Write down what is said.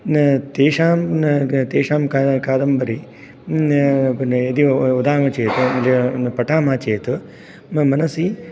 तेषां तेषां कादम्बरी यदि वदामः चेत् पठामः चेत् मनसि